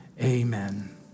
amen